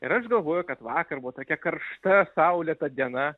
ir aš galvoju kad vakar buvo tokia karšta saulėta diena